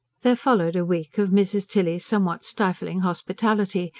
there followed a week of mrs. tilly's somewhat stifling hospitality,